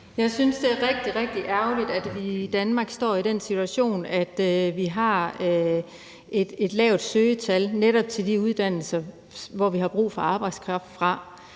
Jeg synes, det er rigtig, rigtig ærgerligt, at vi i Danmark står i den situation, at vi har et lavt søgetal til netop de uddannelser, som vi har brug for arbejdskraft fra.